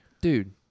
Dude